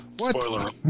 Spoiler